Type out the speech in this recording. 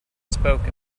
spoke